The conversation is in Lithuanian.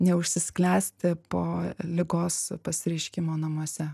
neužsisklęsti po ligos pasireiškimo namuose